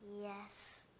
Yes